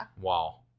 Wow